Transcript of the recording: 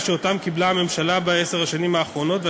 שקיבלה הממשלה בעשר השנים האחרונות,